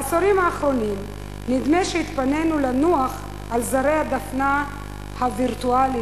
בעשורים האחרונים נדמה שהתפנינו לנוח על זרי הדפנה הווירטואליים,